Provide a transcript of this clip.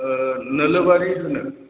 नोलोबारि होनो